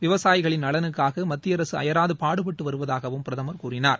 விவசாயிகளின் நலனுக்காக மத்திய அரசு அயராது பாடுபட்டு வருவதாகவும் அவர் கூறினார்